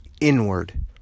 Inward